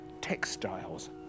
textiles